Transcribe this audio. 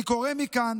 אני קורא מכאן